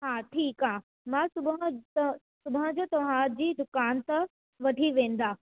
हा ठीकु आहे मां सुबुह त सुबुह जो तव्हांजी दुकानु तां वठी वेंदा